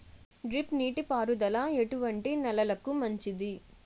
Drip నీటి పారుదల ఎటువంటి నెలలకు మంచిది?